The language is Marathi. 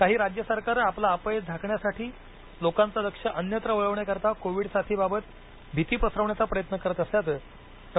काही राज्य सरकारं आपलं अपयश झाकण्यासाठी लोकांचं लक्ष अन्यत्र वळवण्याकरिता कोविड साथी बाबत भीती पसरवण्याचा प्रयत्न करत असल्याचं डॉ